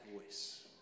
voice